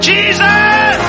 Jesus